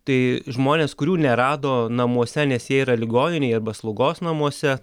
tai žmonės kurių nerado namuose nes jie yra ligoninėj arba slaugos namuose